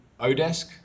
Odesk